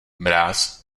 mráz